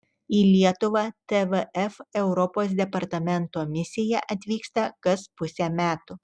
į lietuvą tvf europos departamento misija atvyksta kas pusę metų